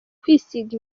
kwisiga